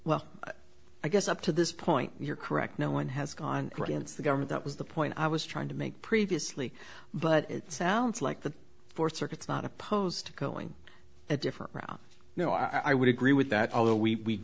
well i guess up to this point you're correct no one has gone against the government that was the point i was trying to make previously but it sounds like the fourth circuit's not opposed to killing a different route no i would agree with that although we